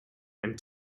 and